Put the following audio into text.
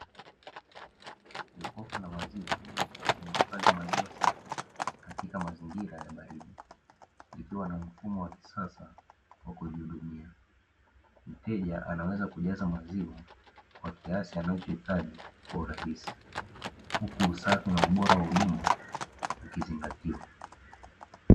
Jokofu la maziwa linahifadhi maziwa safi katika mazingira ya baridi, likiwa na mfumo wa kisasa wa kuji hudumia. Mteja anaweza kujaza maziwa kwa kiasi anachohitaji kwa urahisi, huku usafi na ubora wa huduma ukizingatiwa.